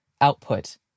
output